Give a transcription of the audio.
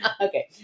Okay